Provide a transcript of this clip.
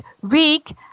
week